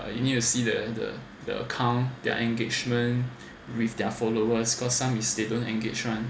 you need to see the the the account their engagement with their followers because some is they don't engage [one]